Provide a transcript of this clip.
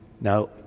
Now